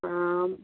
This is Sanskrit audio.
आम्